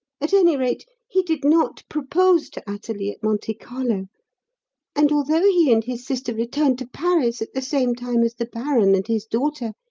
at any rate, he did not propose to athalie at monte carlo and, although he and his sister returned to paris at the same time as the baron and his daughter,